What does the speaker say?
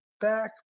back